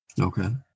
Okay